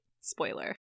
Spoiler